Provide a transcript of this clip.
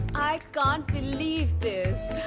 i can't believe this!